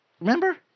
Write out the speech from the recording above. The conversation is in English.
Remember